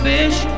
fish